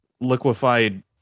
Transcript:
liquefied